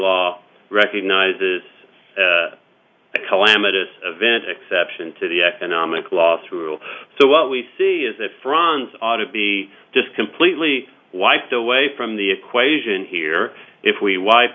law recognizes the calamitous event exception to the economic loss rule so what we see is that france ought to be just completely wiped away from the equation here if we w